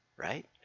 right